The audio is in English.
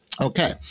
Okay